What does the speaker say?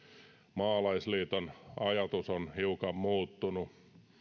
maalaisliiton ajatus on hiukan muuttunut